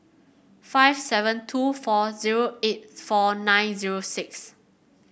five seven two four zero eight four nine zero six